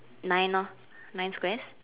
nine lah nine squares